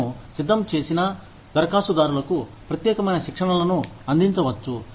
మేము సిద్ధం చేసినా దరఖాస్తుదారులకు ప్రత్యేకమైన శిక్షణ లను అందించవచ్చు